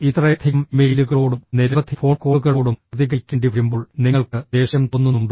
ഇത്രയധികം ഇമെയിലുകളോടും നിരവധി ഫോൺ കോളുകളോടും പ്രതികരിക്കേണ്ടി വരുമ്പോൾ നിങ്ങൾക്ക് ദേഷ്യം തോന്നുന്നുണ്ടോ